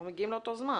אנחנו מגיעים לאותו זמן.